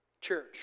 church